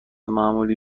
معمولی